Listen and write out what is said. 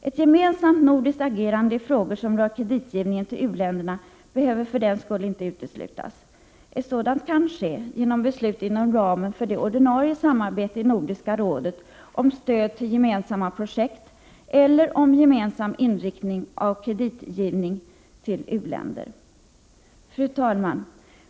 Ett gemensamt nordiskt agerande i frågor som rör kreditgivningen till u-länder behöver för den skull inte uteslutas. Ett sådant kan ske genom beslut inom ramen för det ordinarie samarbetet i Nordiska rådet, om stöd till gemensamma projekt eller om gemensam inriktning av kreditgivning till u-länder. Fru talman!